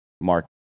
Mark